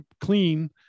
clean